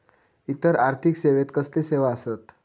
इतर आर्थिक सेवेत कसले सेवा आसत?